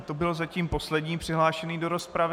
To byl zatím poslední přihlášený do rozpravy.